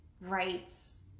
rights